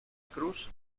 cruz